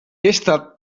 ezta